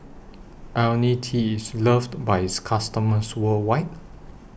Ionil T IS loved By its customers worldwide